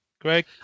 Greg